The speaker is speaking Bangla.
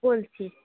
বলছি